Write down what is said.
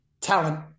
talent